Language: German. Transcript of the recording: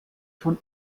von